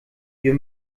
wir